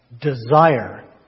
desire